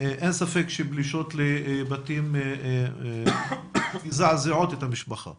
אין ספק שפלישות לבתים מזעזעות את המשפחה,